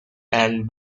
and